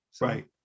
Right